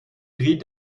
drie